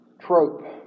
trope